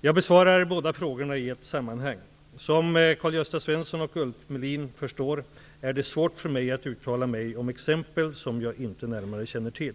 Jag besvarar båda frågorna i ett sammanhang. Som Karl-Gösta Svenson och Ulf Melin förstår är det svårt för mig att uttala mig om exempel som jag inte närmare känner till.